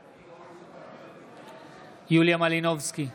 בעד יוליה מלינובסקי,